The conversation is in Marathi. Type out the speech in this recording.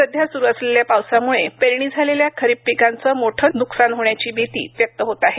सध्या सुरू असलेल्या पावसामुळे पेरणी झालेल्या खरीप पिकांचे मोठे न्कसान होण्याची भीती व्यक्त होत आहे